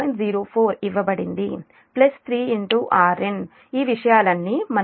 04 ఇవ్వబడింది 3 Rn ఈ విషయాలన్నీ మనకు తెలుసు